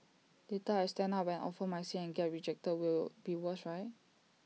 later I stand up and offer my seat and get rejected will be worse right